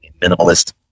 minimalist